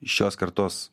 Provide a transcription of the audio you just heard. šios kartos